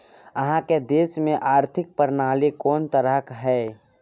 अहाँक देश मे आर्थिक प्रणाली कोन तरहक यै?